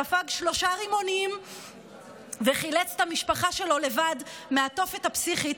ספג שלושה רימונים וחילץ את המשפחה שלו לבד מהתופת הפסיכית,